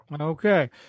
Okay